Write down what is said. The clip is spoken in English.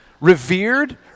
revered